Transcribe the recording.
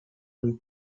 luc